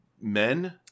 men